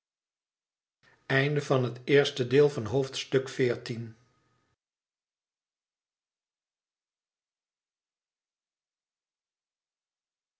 hoofdstuk van het eerste deel van het